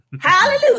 Hallelujah